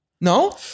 No